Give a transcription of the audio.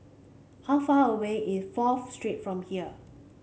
how far away is Fourth Street from here